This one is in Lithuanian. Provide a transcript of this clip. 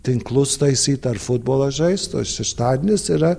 tinklus taisyt ar futbolą žaist o ir šeštadienis yra